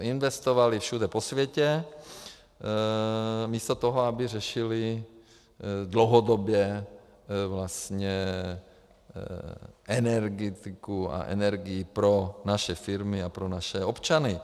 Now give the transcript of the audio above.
Investovali všude po světě místo toho, aby řešili dlouhodobě energetiku a energii pro naše firmy a pro naše občany.